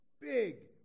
Big